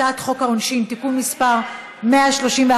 הצעת חוק העונשין (תיקון מס' 131),